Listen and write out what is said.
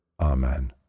Amen